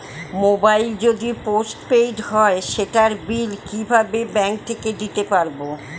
Mobile যদি post paid হয় সেটার বিল কিভাবে ব্যাংক থেকে দিতে পারব?